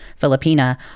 Filipina